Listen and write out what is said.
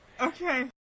Okay